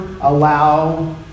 allow